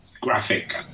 graphic